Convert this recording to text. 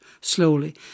slowly